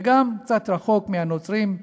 וגם קצת רחוק מהנוצרים,